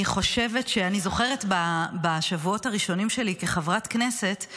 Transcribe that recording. אני זוכרת שבשבועות הראשונים שלי כחברת כנסת,